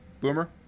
Boomer